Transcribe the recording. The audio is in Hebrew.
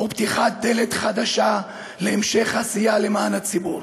ופתיחת דלת חדשה להמשך עשייה למען הציבור.